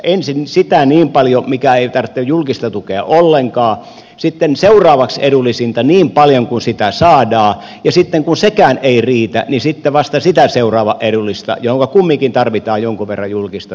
ensin sitä niin paljon mikä ei tarvitse julkista tukea ollenkaan sitten seuraavaksi edullisinta niin paljon kuin sitä saadaan ja sitten kun sekään ei riitä niin sitten vasta sitä seuraavaa edullista johonka kumminkin tarvitaan jonkin verran julkista tukea